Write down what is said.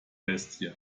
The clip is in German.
bestie